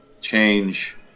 change